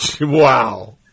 wow